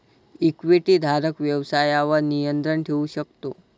इक्विटीधारक व्यवसायावर नियंत्रण ठेवू शकतो